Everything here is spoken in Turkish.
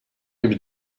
gibi